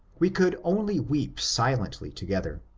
we could only weep silently together.